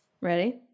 Ready